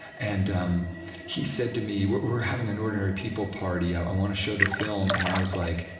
and um he said to me, we're having an ordinary people party. i want to show the film. and i was like,